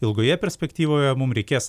ilgoje perspektyvoje mum reikės